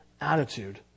attitude